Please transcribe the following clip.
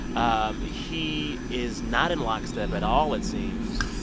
um he is not in lockstep at all, it seems,